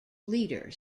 leader